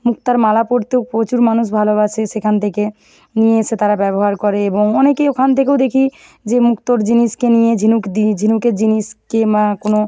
মুক্তার মালা পরতেও প্রচুর মানুষ ভালোবাসে সেখান থেকে নিয়ে এসে তারা ব্যবহার করে এবং অনেকে ওখান থেকেও দেখি যে মুক্তোর জিনিসকে নিয়ে ঝিনুক দিই ঝিনুকের জিনিস কিংবা কোনও